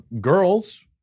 girls